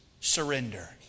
Surrender